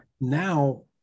Now